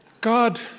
God